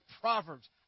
Proverbs